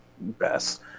best